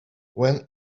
when